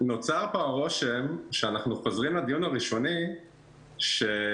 נוצר פה הרושם שאנחנו חוזרים לדיון הראשוני כאילו